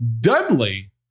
dudley